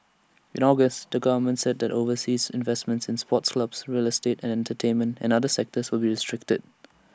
in August the government said overseas investments in sports clubs real estate entertainment and other sectors would be restricted